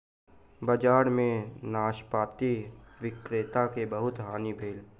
बजार में नाशपाती विक्रेता के बहुत हानि भेल